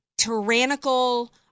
tyrannical